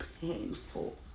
painful